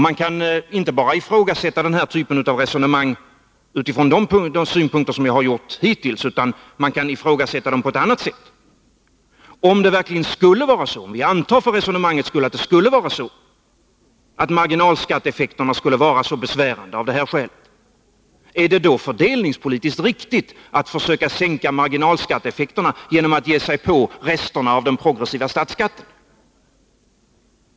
Man kan ifrågasätta den här typen av resonemang på ett annat sätt och inte bara utifrån de synpunkter som jag har gjort hittills. Om vi för resonemangets skull antar att marginalskatteeffekterna skulle vara så besvärande av det här skälet, är det då fördelningspolitiskt riktigt att försöka sänka marginalskatteeffekterna genom att ge sig på resterna av den progressiva statsskatten?